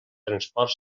transport